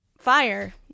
fire